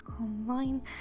online